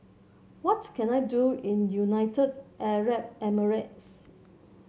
what can I do in United Arab Emirates